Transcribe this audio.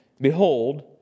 Behold